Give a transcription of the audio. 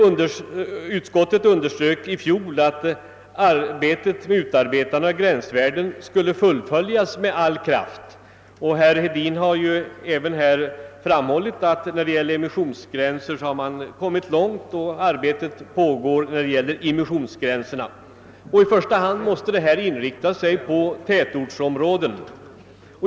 Utskottet underströk i fjol att arbetet med bestämmande av gränsvärden skulle fullföljas med all kraft, och som herr Hedin här har framhållit har man kommit långt när det gäller emissionsgränserna, och arbetet pågår när det gäller immisionsgränser. I första hand måste man inrikta sig på tätortsområdena.